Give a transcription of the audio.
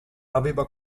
aveva